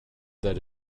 that